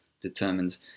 determines